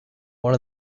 one